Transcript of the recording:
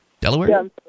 Delaware